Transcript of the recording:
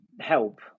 help